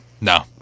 No